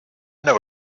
know